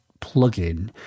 plugin